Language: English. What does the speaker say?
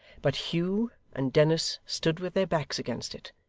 but hugh and dennis stood with their backs against it,